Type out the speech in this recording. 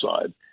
side